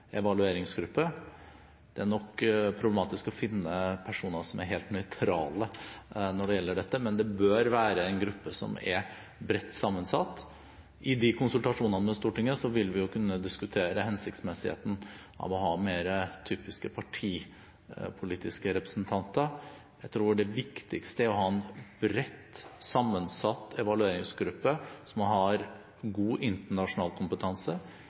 evalueringsgruppe. Det er nok problematisk å finne personer som er helt nøytrale når det gjelder dette, men det bør være en gruppe som er bredt sammensatt. I de konsultasjonene med Stortinget vil vi jo kunne diskutere hensiktsmessigheten av å ha mer typisk partipolitiske representanter. Jeg tror det viktigste er å ha en bredt sammensatt evalueringsgruppe, som har god internasjonal kompetanse,